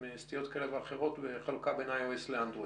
עם סטיות כאלה ואחרות וחלוקה בין IOS לאנדרואיד.